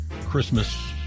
Christmas